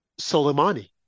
Soleimani